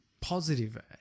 positive